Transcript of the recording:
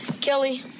Kelly